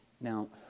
Now